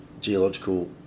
geological